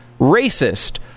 racist